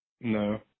no